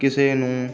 ਕਿਸੇ ਨੂੰ